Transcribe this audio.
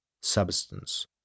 substance